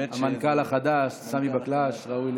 המנכ"ל החדש סמי בקלש ראוי,